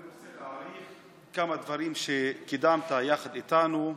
אני רוצה להעריך כמה דברים שקידמת יחד איתנו,